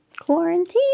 Quarantine